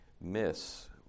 miss